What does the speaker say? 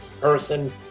person